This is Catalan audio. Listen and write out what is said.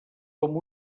com